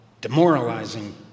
demoralizing